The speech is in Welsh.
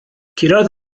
curodd